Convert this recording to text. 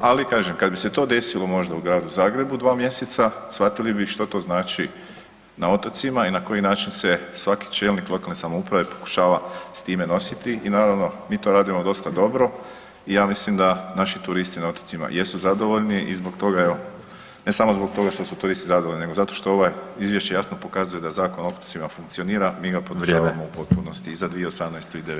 ali kažem kad bi se to desilo možda u Gradu Zagrebu 2 mjeseca shvatili bi što to znači na otocima i na koji način se svaki čelnik lokalne samouprave pokušava s time nositi i naravno mi to radimo dosta dobro i ja mislim da naši turisti na otocima jesu zadovoljni i zbog toga evo, ne samo zbog toga što su turisti zadovoljni nego zato što ovo izvješće jasno pokazuje da Zakon o otocima funkcionira [[Upadica: Vrijeme]] i mi ga podržavamo u potpunosti i za 2018. i '19.g.